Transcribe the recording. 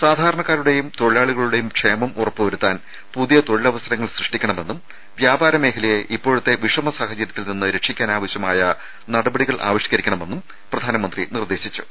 സാധാരണക്കാരുടേയും തൊഴിലാളികളുടേയും ക്ഷേമം ഉറപ്പുവരുത്താൻ പുതിയ തൊഴിൽ അവസരങ്ങൾ സൃഷ്ടിക്കണമെന്നും വ്യാപാര മേഖലയെ ഇപ്പോഴത്തെ വിഷമ സാഹചര്യത്തിൽ നിന്ന് രക്ഷിക്കാനാവശ്യമായ നടപടികൾ ആവിഷ്ക്കരിക്കണമെന്നും പ്രധാനമന്ത്രി ആവശ്യപ്പെട്ടു